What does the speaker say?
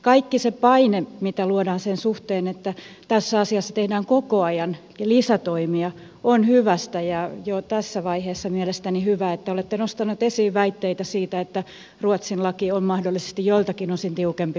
kaikki se paine mitä luodaan sen suhteen että tässä asiassa tehdään koko ajan lisätoimia on hyvästä ja jo tässä vaiheessa mielestäni on hyvä että olette nostaneet esiin väitteitä siitä että ruotsin laki on mahdollisesti joiltakin osin tiukempi kuin suomen